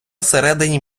всередині